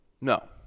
no